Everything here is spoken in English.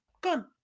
gone